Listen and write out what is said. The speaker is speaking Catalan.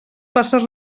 places